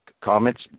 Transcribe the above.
comments